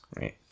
Right